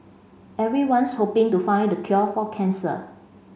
everyone's hoping to find the cure for cancer